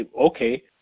Okay